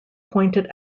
pointed